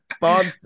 Bob